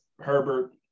Herbert